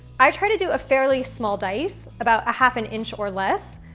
i try to do a fairly small dice, about a half an inch or less,